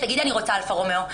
תגידי: אני רוצה אלפא רומיאו,